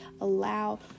allow